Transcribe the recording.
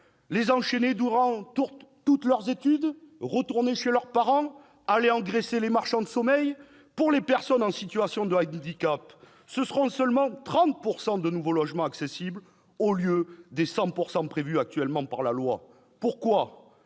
Les enchaîner pendant toutes leurs études ? Retourner chez leurs parents ? Aller engraisser les marchands de sommeil ? Pour les personnes en situation de handicap, ce seront seulement 30 % des nouveaux logements qui seront accessibles au lieu des 100 % prévus actuellement par la loi. Pourquoi ?